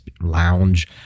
lounge